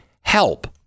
help